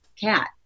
cat